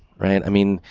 right? i mean,